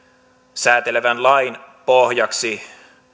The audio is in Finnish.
säätelevän lain pohjaksi